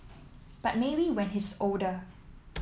but maybe when he's older